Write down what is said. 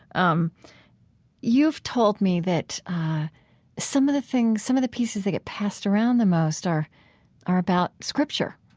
um you've told me that some of the things some of the pieces that get passed around the most are are about scripture